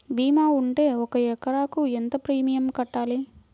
భీమా ఉంటే ఒక ఎకరాకు ఎంత ప్రీమియం కట్టాలి?